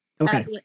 Okay